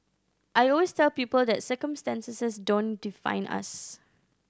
I always tell people that circumstances don't define us